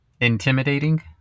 intimidating